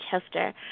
Chester